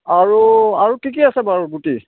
আৰু আৰু কি কি আছে বাৰু গুটি